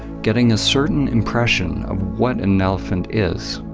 getting a certain impression of what an elephant is.